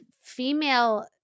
female